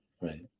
right